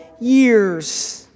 years